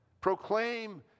Proclaim